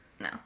no